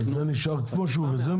שניהם.